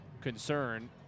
concern